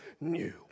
new